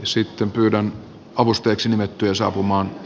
syytön kylän avustajiksi nimetty saapumaan